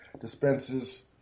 dispenses